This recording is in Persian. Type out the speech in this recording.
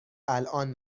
الآن